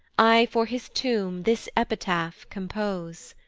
i for his tomb this epitaph compose.